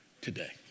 today